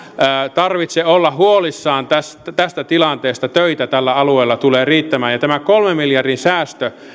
tarvitse olla huolissaan tästä tilanteesta töitä tällä alueella tulee riittämään tämä kolmen miljardin säästö